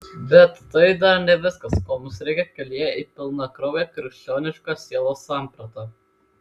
bet tai dar ne viskas ko mums reikia kelyje į pilnakrauję krikščionišką sielos sampratą